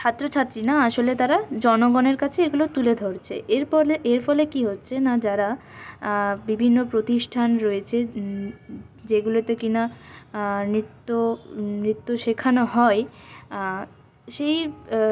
ছাত্রছাত্রী না আসলে তারা জনগণের কাছে এগুলো তুলে ধরছে এর পলে এরফলে কী হচ্ছে না যারা বিভিন্ন প্রতিষ্ঠান রয়েছে যেগুলোতে কিনা নৃত্য নৃত্য শেখানো হয় সেই